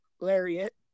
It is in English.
lariat